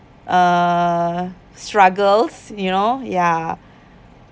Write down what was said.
uh struggles you know ya